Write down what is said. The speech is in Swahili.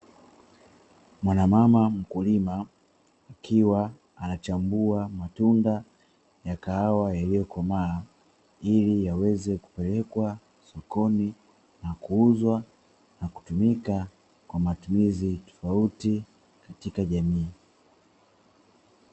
Mwanamama mkulima ukiwa anachambua matunda ya kahawa yaliyokomaa ili yaweze kupelekwa sokoni, na kuuzwa, na kutumika kwa matumizi tofauti katika jamii.